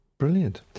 Brilliant